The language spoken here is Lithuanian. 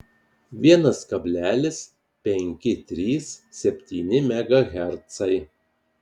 vienas kablelis penki trys septyni megahercai